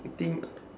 I think